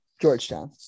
georgetown